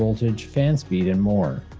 voltage, fan speed and more.